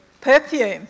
Perfume